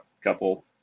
couple